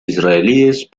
israelíes